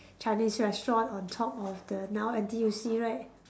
Chinese restaurant on top of the now N_T_U_C right